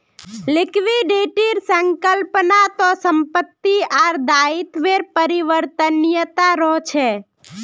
लिक्विडिटीर संकल्पना त संपत्ति आर दायित्वेर परिवर्तनीयता रहछे